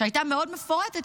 שהייתה מאוד מפורטת,